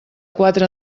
quatre